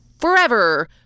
forever